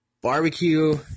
Barbecue